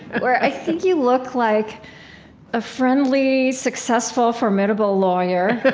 where i think you look like a friendly, successful, formidable lawyer,